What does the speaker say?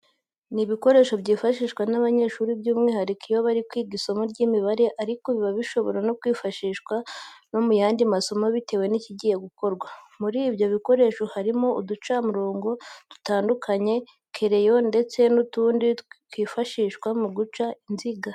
Ni ibikoresho byifashishwa n'abanyeshuri by'umwihariko iyo bari kwiga isomo ry'imibare ariko biba bishobora no kwifashishwa no mu yandi masomo bitewe n'ikigiye gukorwa. Muri ibyo bikoresho harimo uducamirongo dutandukanye, kereyo ndetse n'utundi twifashishwa mu guca inziga.